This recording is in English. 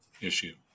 issue